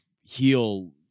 heal